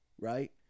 right